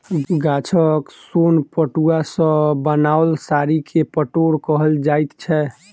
गाछक सोन पटुआ सॅ बनाओल साड़ी के पटोर कहल जाइत छै